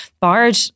Bard